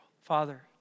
Father